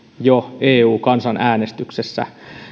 jo eu kansanäänestyksessä